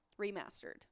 remastered